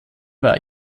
war